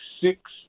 six